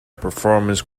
performance